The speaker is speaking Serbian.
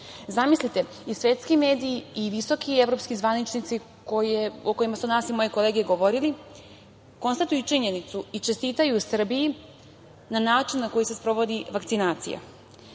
Zamislite, i svetski mediji i visoki evropski zvaničnici o kojima su danas i moje kolege govorile konstatuju činjenicu i čestitaju Srbiji na načinu na koji se sprovodi vakcinacija,